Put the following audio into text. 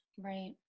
right